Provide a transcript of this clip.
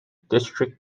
district